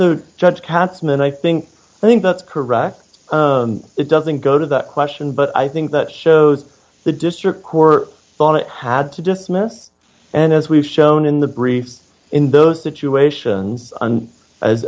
the judge katzman i think i think that's correct it doesn't go to that question but i think that shows the district court thought it had to dismiss and as we've shown in the briefs in those situations a